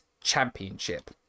Championship